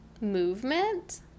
movement